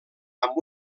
amb